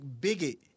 bigot